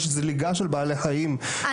יש זליגה של בעלי חיים --- אבל